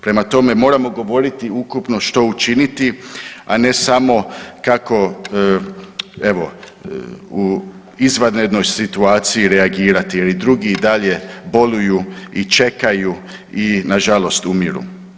Prema tome, moramo govoriti ukupno što učiniti, a ne samo kako evo u izvanrednoj situaciji reagirati jer i drugi i dalje boluju i čekaju i nažalost umiru.